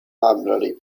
library